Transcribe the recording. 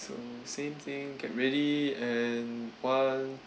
same thing okay ready and one